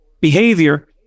behavior